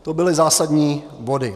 To byly zásadní body.